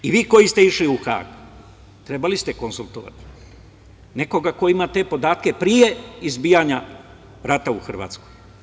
I vi koji ste išli u Hag trebali ste konsultovati nekoga ko ima te podatke pre izbijanja rata u Hrvatskoj.